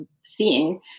seeing